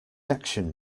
action